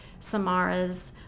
samaras